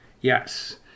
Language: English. Yes